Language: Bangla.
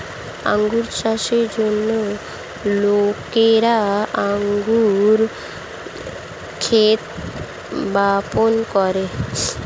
আঙ্গুর চাষের জন্য লোকেরা আঙ্গুর ক্ষেত বপন করে